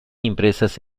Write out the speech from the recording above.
impresas